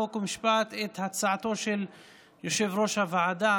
חוק ומשפט את הצעתו של יושב-ראש הוועדה